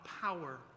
power